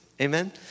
amen